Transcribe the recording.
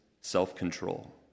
self-control